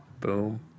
Boom